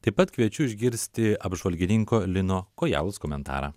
taip pat kviečiu išgirsti apžvalgininko lino kojalos komentarą